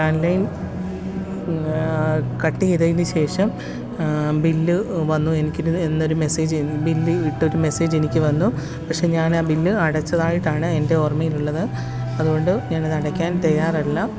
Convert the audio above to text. landline cut ചെയ്തതിനു ശേഷം bill വന്നു എനിക്ക് എന്നൊരു മെസേജ് ബില്ല് ഇട്ടൊരു മെസേജ് എനിക്ക് വന്നു പക്ഷേ ഞാനാ ബില്ല് അടച്ചതായിട്ടാണ് എന്റെ ഓര്മ്മയില് ഉള്ളത് അതുകൊണ്ട് ഞാനത് അടയ്ക്കാന് തയ്യാറല്ല